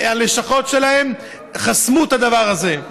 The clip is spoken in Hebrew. הלשכות שלהם חסמו את הדבר הזה.